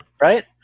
right